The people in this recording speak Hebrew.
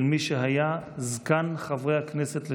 של מי שהיה זקן חברי הכנסת לשעבר,